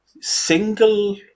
single